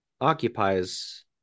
occupies